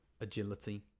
agility